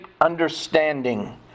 understanding